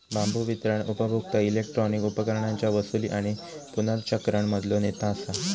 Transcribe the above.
बांबू वितरण उपभोक्ता इलेक्ट्रॉनिक उपकरणांच्या वसूली आणि पुनर्चक्रण मधलो नेता असा